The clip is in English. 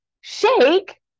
shake